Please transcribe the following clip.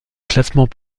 classement